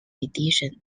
edition